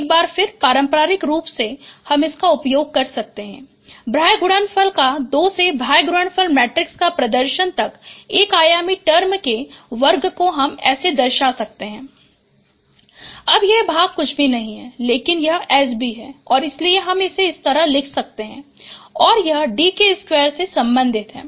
एक बार फिर पारम्परिक रूप से हम इसका उपयोग कर सकते है बाह्य गुणनफल का 2 से बाह्य गुणनफल मैट्रिक्स का प्रदर्शन तक एक आयामी टर्म के वर्ग को हम ऐसे दर्शा सकते हैं Ju uTSBuuTSWu अब यह भाग कुछ भी नहीं है लेकिन यह SB है और इसलिए हम इसे इस तरह से लिख सकते हैं और यह D2 से संबंधित है